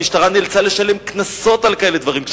המשטרה נאלצה לשלם קנסות על כאלה דברים,